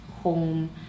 home